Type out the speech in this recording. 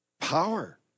Power